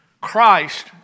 Christ